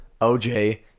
OJ